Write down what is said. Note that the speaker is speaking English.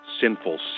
Sinful